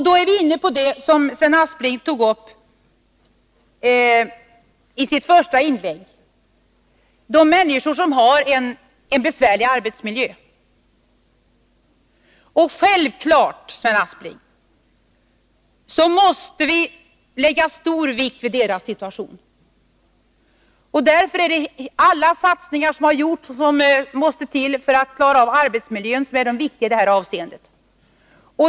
Då är vi inne på det som Sven Aspling tog upp i sitt första inlägg, de människor som har en besvärlig arbetsmiljö. Det är självklart, Sven Aspling, att vi måste lägga stor vikt vid deras situation. Därför är alla de satsningar som har gjorts och som måste till för att klara av arbetsmiljön viktiga i det här avseendet.